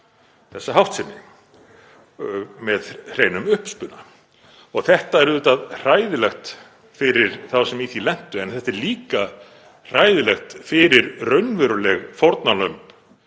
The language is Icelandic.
þessa háttsemi og með hreinum uppspuna. Þetta er auðvitað hræðilegt fyrir þá sem í því lentu en þetta er líka hræðilegt fyrir raunveruleg fórnarlömb